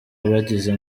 abagize